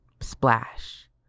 Splash